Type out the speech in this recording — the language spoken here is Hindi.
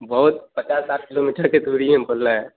बहुत पचास साठ किलोमीटर की दूरी में बोल रहे हैं